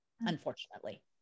unfortunately